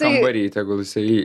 kambary tegul jisai